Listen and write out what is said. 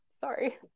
Sorry